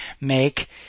make